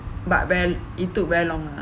but well it took very long lah